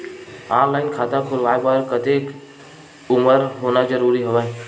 Online खाता खुलवाय बर कतेक उमर होना जरूरी हवय?